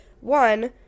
One